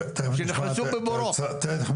כי הם נכנסו בבורות.